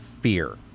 fear